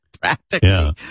practically